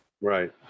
Right